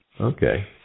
Okay